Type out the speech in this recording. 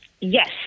Yes